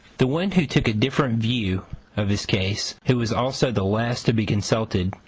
the one who took a different view of his case, who was also the last to be consulted,